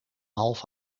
half